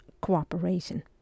cooperation